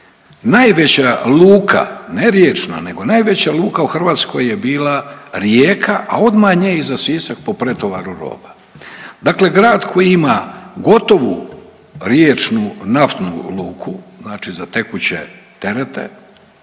najveća luka, ne riječna, nego najveća luka u Hrvatskoj je bila Rijeka, a onda nje iza Sisak po pretovaru roba. Dakle grad koji ima gotovu riječnu naftnu luku, znači za tekuće terete